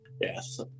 Yes